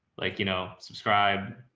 like, you know, subscribe,